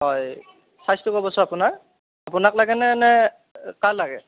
হয় চাইজটো ক'বচোন আপোনাৰ আপোনাক লাগেনে নে কাক লাগে